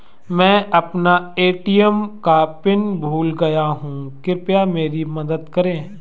मैं अपना ए.टी.एम का पिन भूल गया हूं, कृपया मेरी मदद करें